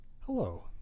Hello